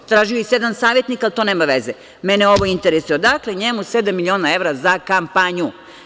Tražio je i sedam savetnika ali to nema veze, mene ovo interesuje, odakle njemu sedam miliona evra za kampanju?